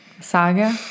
Saga